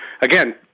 again